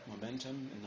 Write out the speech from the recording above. momentum